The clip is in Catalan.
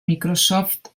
microsoft